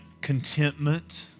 contentment